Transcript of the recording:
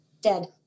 dead